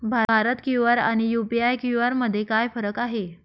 Bharat QR आणि UPI QR मध्ये काय फरक आहे?